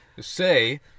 say